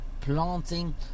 planting